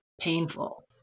painful